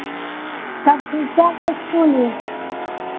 कब खुलता है इस्कूल ये